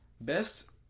Best